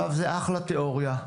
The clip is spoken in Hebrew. זה אחלה תיאוריה,